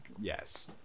yes